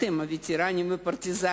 אתם, הווטרנים והפרטיזנים,